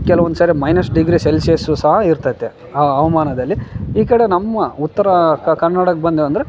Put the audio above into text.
ಕೆಲವೊಂದು ಸರಿ minus degree Celsius ಸಹ ಇರ್ತೈತೆ ಹವ್ಮಾನದಲ್ಲಿ ಈ ಕಡೆ ನಮ್ಮ ಉತ್ತರ ಕನ್ನಡಕ್ಕೆ ಬಂದೆವು ಅಂದ್ರೆ